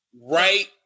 Right